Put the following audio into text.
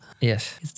Yes